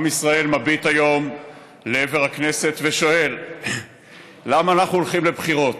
עם ישראל מביט היום לעבר הכנסת ושואל: למה אנחנו הולכים לבחירות?